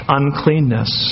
uncleanness